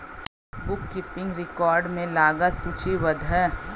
book keeping record में लागत सूचीबद्ध है